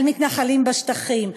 על מתנחלים בשטחים.